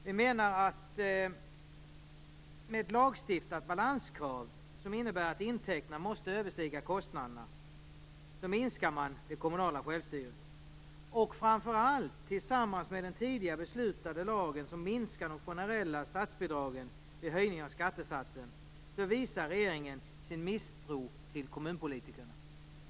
Vi menar att ett lagstadgat balanskrav, som innebär att intäkterna måste överstiga kostnaderna, minskar det kommunala självstyret. Tillsammans med den tidigare beslutade lagen, som minskar de generella statsbidragen vid höjning av skattesatsen, visar regeringen sin misstro till kommunpolitikerna.